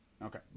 Okay